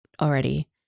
already